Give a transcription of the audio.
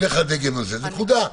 נקודה.